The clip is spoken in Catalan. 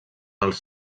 els